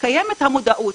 קיימת המודעות,